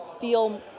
feel